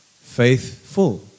faithful